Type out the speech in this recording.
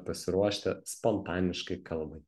pasiruošti spontaniškai kalbai